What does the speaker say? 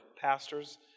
pastors